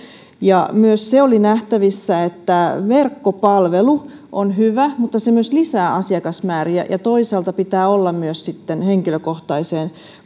ja myös se oli nähtävissä että verkkopalvelu on hyvä mutta se myös lisää asiakasmääriä ja toisaalta pitää olla valmiutta myös henkilökohtaiseen